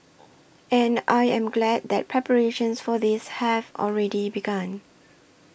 and I am glad that preparations for this have already begun